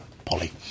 Polly